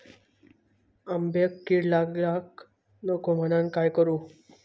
आंब्यक कीड लागाक नको म्हनान काय करू?